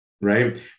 right